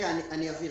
אבהיר.